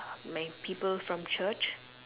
my people from church